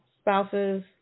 spouses